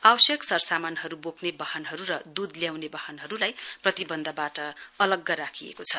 आवश्यक सरसमानहरू बोक्ने वाहनहरू र दूध ल्याउने वाहनहरूलाई प्रतिबन्धवाट अलग्ग राखिएको छ